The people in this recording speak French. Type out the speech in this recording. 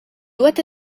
doit